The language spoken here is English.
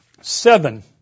seven